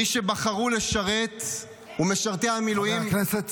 מי שבחרו לשרת --- חבר הכנסת סעדה,